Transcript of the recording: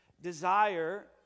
desire